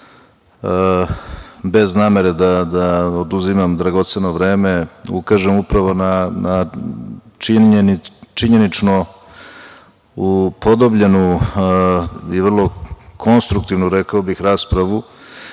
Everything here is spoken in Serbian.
bez namere da oduzimam dragoceno vreme ukažem upravo na činjenično upodobljenu i vrlo konstruktivnu, rekao bih, raspravu